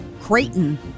Creighton